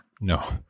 no